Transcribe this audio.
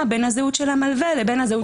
בין הזהות של המלווה לבין הזהות של המוטב.